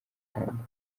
amakamba